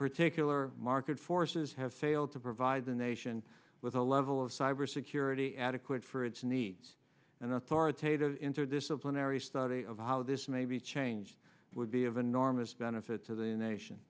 particular market forces have failed to provide the nation with a level of cybersecurity adequate for its needs an authoritative interdisciplinary study of how this may be changed would be of enormous benefit to the nation